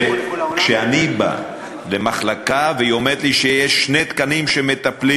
כשאני בא למחלקה ואומרים לי שיש שני תקנים שמטפלים